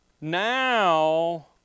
now